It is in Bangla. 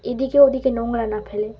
এদিকে ওদিকে নোংরা না ফেলে